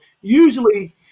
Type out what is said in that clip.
usually